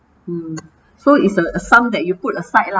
so it's a a sum that you put aside lah